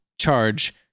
charge